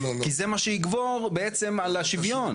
כי זה מה שיגבר על השוויון.